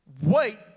wait